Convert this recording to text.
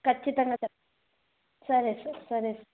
ఖచ్చితంగా చెప్ సరే సార్ సరే సార్